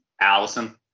Allison